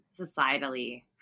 societally